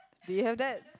do you have that